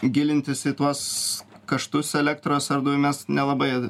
gilintis į tuos kaštus elektros ar dujų mes nelabai